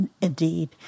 Indeed